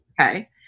Okay